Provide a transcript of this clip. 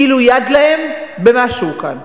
כאילו יד להם במשהו כאן.